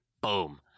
Boom